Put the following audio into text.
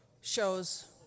shows